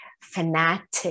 fanatic